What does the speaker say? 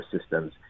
systems